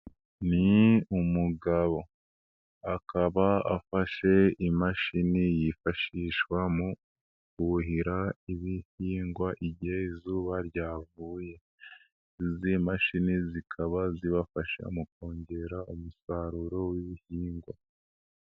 Ni umugabo, akaba afashe imashini yifashishwa mu kuhira ibihingwa, igihe izuba ryavuye, izi mashini zikaba zibafasha mu kongera umusaruro w'ibihingwa.